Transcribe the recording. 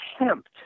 attempt